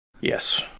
Yes